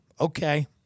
okay